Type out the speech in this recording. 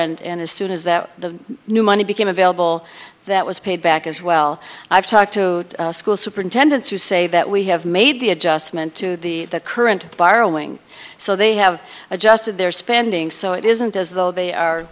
four and as soon as that the new money became available that was paid back as well i've talked to school superintendents who say that we have made the adjustment to the current borrowing so they have adjusted their spending so it isn't as though they are